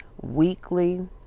weekly